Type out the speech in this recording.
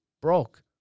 broke